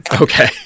Okay